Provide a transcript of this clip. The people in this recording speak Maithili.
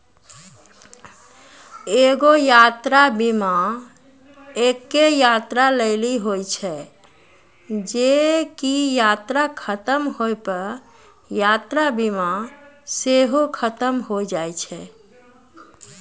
एगो यात्रा बीमा एक्के यात्रा लेली होय छै जे की यात्रा खतम होय पे यात्रा बीमा सेहो खतम होय जाय छै